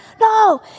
no